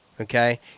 Okay